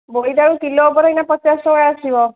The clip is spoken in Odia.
ବୋଇତାଳୁ କିଲୋ ଉପରେ ଏଇନା ପଚାଶ ଟଙ୍କା ଆସିବ